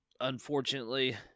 Unfortunately